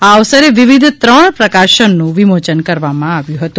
આ અવસરે વિવિધ ત્રણ પ્રકાશનનું વિમોચન કરવામાં આવ્યું હતું